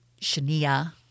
Shania